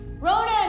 Ronan